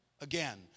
again